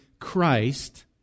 Christ